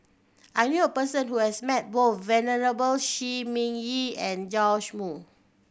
I knew a person who has met both Venerable Shi Ming Yi and Joash Moo